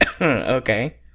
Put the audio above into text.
Okay